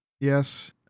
Yes